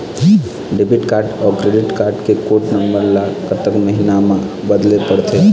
Debit card अऊ credit card के code number ला कतक महीना मा बदले पड़थे?